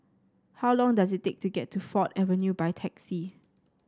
how long does it take to get to Ford Avenue by taxi